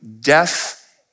death